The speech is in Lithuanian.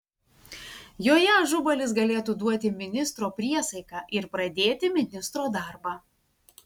joje ažubalis galėtų duoti ministro priesaiką ir pradėti ministro darbą